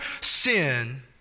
sin